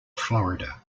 florida